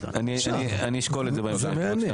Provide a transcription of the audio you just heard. אני אשקול את זה בהמשך.